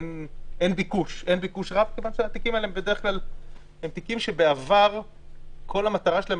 אין ביקוש רב כיוון שהתיקים האלה בדרך כלל הם תיקים שבעבר כל המטרה שלהם